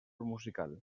musical